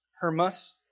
Hermus